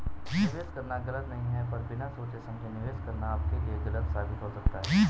निवेश करना गलत नहीं है पर बिना सोचे समझे निवेश करना आपके लिए गलत साबित हो सकता है